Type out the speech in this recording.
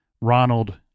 Ronald